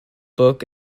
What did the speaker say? book